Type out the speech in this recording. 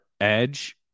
edge